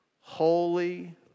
Holy